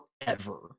forever